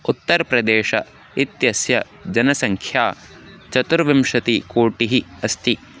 उत्तर्प्रदेशः इत्यस्य जनसङ्ख्या चतुर्विंशतिकोटिः अस्ति